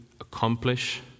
accomplish